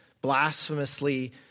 blasphemously